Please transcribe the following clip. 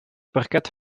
parket